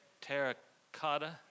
terracotta